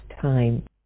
time